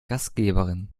gastgeberin